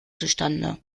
zustande